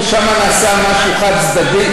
הרי נעשה שם משהו חד-צדדי,